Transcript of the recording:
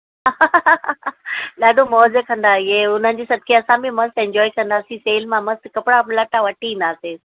ॾाढो मौज कंदा इहे हुन जे सदिके असां बि मस्तु एंजॉय कंदासि सेल मां मस्तु कपिड़ा लटा वठी ईंदासि